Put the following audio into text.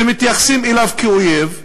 שמתייחסים אליו כאויב.